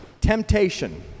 Temptation